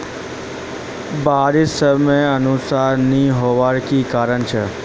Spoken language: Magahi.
बारिश समयानुसार नी होबार की कारण छे?